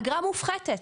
אגרה מופחתת,